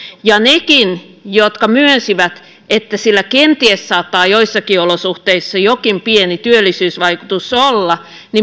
nekin jotka myönsivät että sillä kenties saattaa joissakin olosuhteissa jokin pieni työllisyysvaikutus olla